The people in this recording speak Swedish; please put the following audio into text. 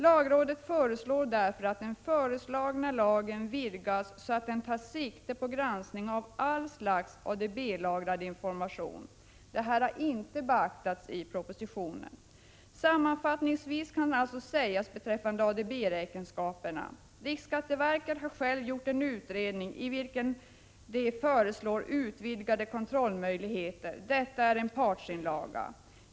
Lagrådet föreslår därför att den föreslagna lagen vidgas, så att den tar sikte på granskning av allt slags ADB-lagrad information. Detta har inte beaktats i propositionen. Sammanfattningsvis kan alltså sägas beträffande ADB-räkenskaperna: 1. Riksskatteverket har gjort en utredning i vilken det föreslås utvidgade kontrollmöjligheter. Detta är en partsinlaga. 2.